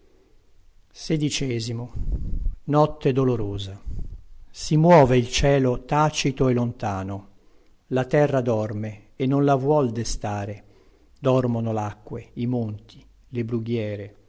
una preghiera si muove il cielo tacito e lontano la terra dorme e non la vuol destare dormono lacque i monti le brughiere